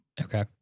Okay